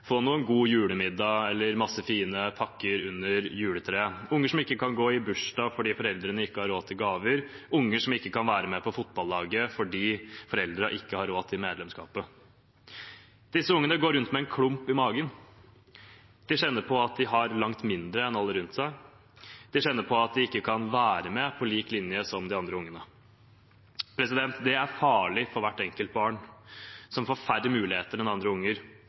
få noen god julemiddag eller ha mange fine pakker under juletreet. Det er unger som ikke kan gå i bursdag fordi foreldrene ikke har råd til gaver, unger som ikke kan være med på fotballaget fordi foreldrene ikke har råd til medlemskapet. Disse ungene går rundt med en klump i magen. De kjenner på at de har langt mindre enn alle rundt seg. De kjenner på at de ikke kan være med på lik linje med de andre ungene. Det er farlig for hvert enkelt barn som får færre muligheter enn andre unger.